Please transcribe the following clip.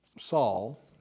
Saul